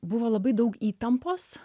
buvo labai daug įtampos